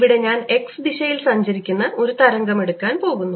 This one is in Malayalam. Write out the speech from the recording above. ഇവിടെ ഞാൻ x ദിശയിൽ സഞ്ചരിക്കുന്ന ഒരു തരംഗം എടുക്കാൻ പോകുന്നു